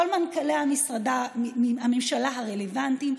כל מנכ"לי הממשלה הרלוונטיים,